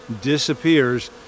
disappears